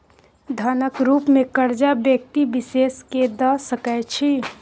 धनक रुप मे करजा व्यक्ति विशेष केँ द सकै छी